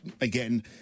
again